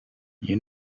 you